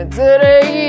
today